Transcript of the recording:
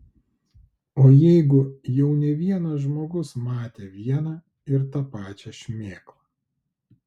o jeigu jau ne vienas žmogus matė vieną ir tą pačią šmėklą